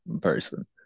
person